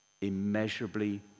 Immeasurably